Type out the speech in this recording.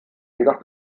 jedoch